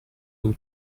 blue